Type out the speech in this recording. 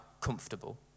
comfortable